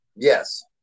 Yes